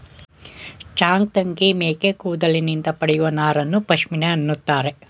ಚಾಂಗ್ತಂಗಿ ಮೇಕೆ ಕೂದಲಿನಿಂದ ಪಡೆಯುವ ನಾರನ್ನು ಪಶ್ಮಿನಾ ಅಂತರೆ